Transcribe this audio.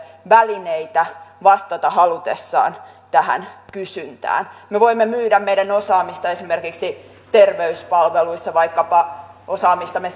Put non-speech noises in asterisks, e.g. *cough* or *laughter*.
välineitä vastata halutessaan tähän kysyntään me voimme myydä meidän osaamistamme esimerkiksi terveyspalveluissa vaikkapa osaamistamme *unintelligible*